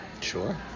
Sure